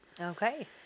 Okay